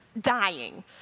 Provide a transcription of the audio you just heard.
dying